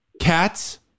Cats